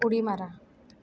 उडी मारा